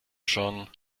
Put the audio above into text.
schon